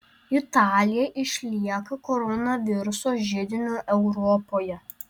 italija išlieka koronaviruso židiniu europoje